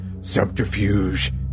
subterfuge